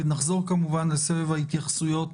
ונחזור כמובן לסבב ההתייחסויות